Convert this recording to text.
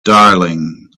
darling